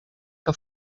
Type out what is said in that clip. que